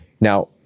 Now